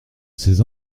ces